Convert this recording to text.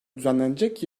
düzenlenecek